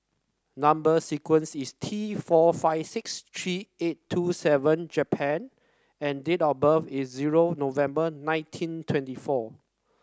number sequence is T four five six three eight two seven Japan and date of birth is zero November nineteen twenty four